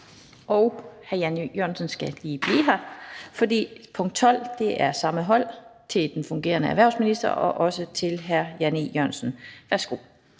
Hr. Jan E. Jørgensen skal lige blive her, for i spørgsmål 12 er det samme hold, nemlig den fungerende erhvervsminister og hr. Jan E. Jørgensen. Kl.